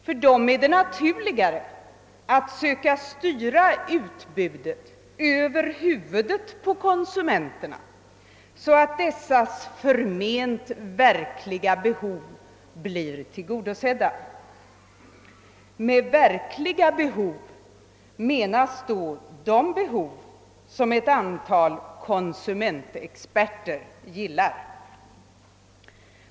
De finner det naturligare att söka styra utbudet över huvudet på konsumenterna, så att dessas förment verkliga behov blir tillgodosedda. Med »verkliga behov» menas då de behov som ett antal konsumentexperter gillar.